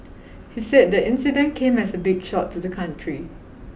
he said the incident came as a big shock to the country